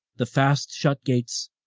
the fast shut gates,